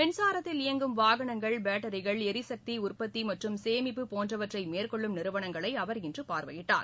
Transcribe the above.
மின்சாரத்தில் இயங்கும் வாகனங்கள் பேட்ரிகள் எரிசக்தி உற்பத்தி மற்றும் சேமிப்பு போன்றவற்றை மேற்கொள்ளும் நிறுவனங்களை அவர் இன்று பார்வையிட்டார்